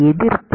எதிர்ப்பு